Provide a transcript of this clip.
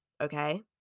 okay